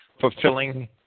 fulfilling